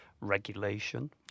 regulation